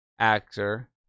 Actor